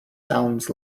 sounds